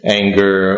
anger